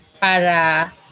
para